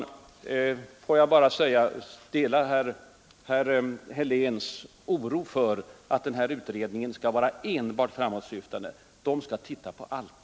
Får jag till sist bara säga att jag alltså delar herr Heléns oro för att den blivande utredningen skall bli enbart framåtsyftande. Nej, den skall titta på allt!